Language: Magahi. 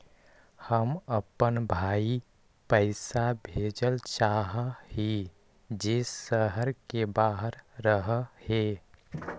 हम अपन भाई पैसा भेजल चाह हीं जे शहर के बाहर रह हे